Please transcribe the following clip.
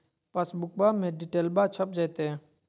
पासबुका में डिटेल्बा छप जयते?